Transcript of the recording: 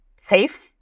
safe